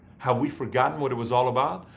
have we forgotten what it was all about?